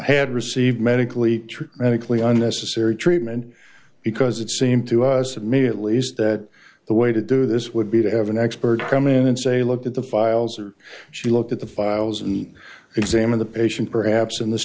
had received medically treated medically unnecessary treatment because it seemed to us that maybe at least that the way to do this would be to have an expert come in and say look at the files or she looked at the files and examine the patient perhaps in this